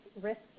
risks